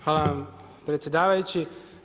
Hvala vama predsjedavajući.